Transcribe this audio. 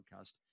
podcast